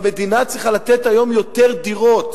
המדינה צריכה לתת היום יותר דירות.